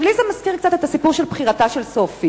לי זה מזכיר קצת את הסיפור "בחירתה של סופי".